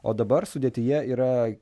o dabar sudėtyje yra